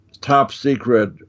top-secret